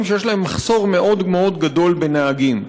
שיש להם מחסור מאוד מאוד גדול בנהגים,